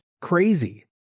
Crazy